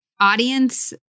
audience